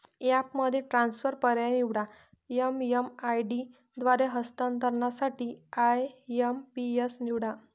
ॲपमध्ये ट्रान्सफर पर्याय निवडा, एम.एम.आय.डी द्वारे हस्तांतरणासाठी आय.एम.पी.एस निवडा